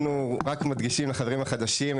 רק מדגישים לחברים החדשים,